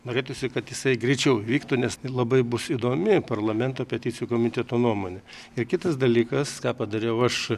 norėtųsi kad jisai greičiau vyktų nes labai bus įdomi parlamento peticijų komiteto nuomonė ir kitas dalykas ką padariau aš